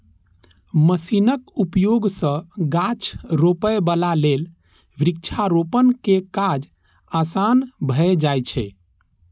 मशीनक उपयोग सं गाछ रोपै बला लेल वृक्षारोपण के काज आसान भए जाइ छै